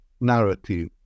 narrative